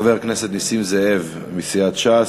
חבר הכנסת נסים זאב מסיעת ש"ס,